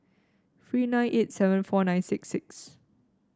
three nine eight seven four nine six six